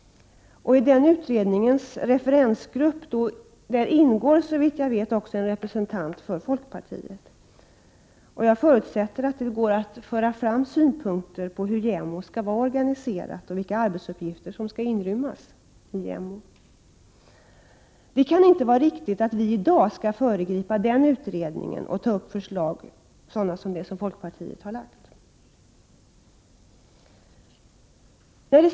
I utredningens referensgrupp ingår såvitt jag vet en representant för folkpartiet. Jag förutsätter att det går att föra fram synpunkter på hur JämO skall vara organiserat och vilka arbetsuppgifter som skall inrymmas i JämO. Det kan inte vara riktigt att vi i dag skall föregripa den utredningen och ta upp förslag som folkpartiet har lagt fram.